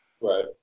Right